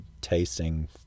tasting